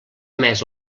més